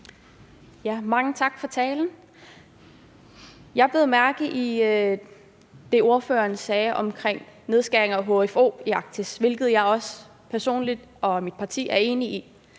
Mange tak for talen. Jeg bed mærke i det, ordføreren sagde om nedskæringer i brugen af hfo i Arktis, hvilket jeg personligt og mit parti også er enige i.